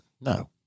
No